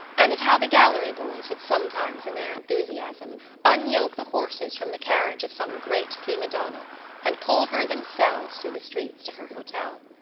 and of how the gallery boys would sometimes in their enthusiasm unyoke the horses from the carriage of some great prima donna and pull her themselves through the streets to her hotel.